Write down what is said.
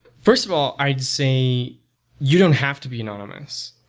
first of all, i'd say you don't have to be anonymous.